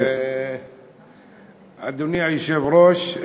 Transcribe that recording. אדוני היושב-ראש,